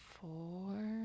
four